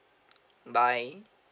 bye